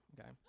Okay